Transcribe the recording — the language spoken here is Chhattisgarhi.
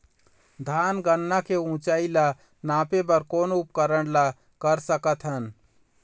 धान गन्ना के ऊंचाई ला नापे बर कोन उपकरण ला कर सकथन?